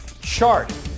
chart